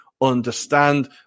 understand